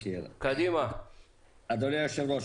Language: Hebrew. אדוני היושב-ראש,